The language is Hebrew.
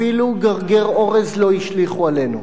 אפילו גרגר אורז לא השליכו עלינו.